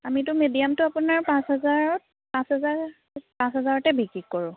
আমিতো মিডিয়ামটো আপোনাৰ পাঁচ হেজাৰত পাঁচ হেজাৰ পাঁচ হেজাৰতে বিক্ৰী কৰোঁ